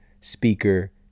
speaker